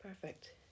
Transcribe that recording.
perfect